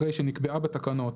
אחרי "שנקבעה בתקנות",